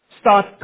start